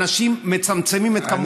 אנשים מצמצמים את כמות המים,